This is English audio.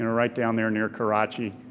and right down there near karachi,